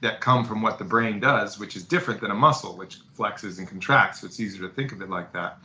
that come from what the brain does which is different than a muscle, which flexes and contracts. it is easy to think of it like that,